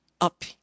up